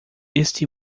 este